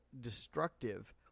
destructive